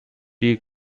die